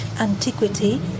antiquity